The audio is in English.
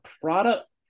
product